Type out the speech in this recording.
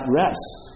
rest